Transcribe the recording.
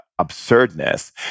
absurdness